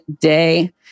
day